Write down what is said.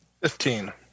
Fifteen